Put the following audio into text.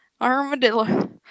Armadillo